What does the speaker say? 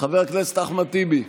חבר הכנסת אחמד טיבי,